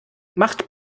macht